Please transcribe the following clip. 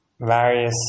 various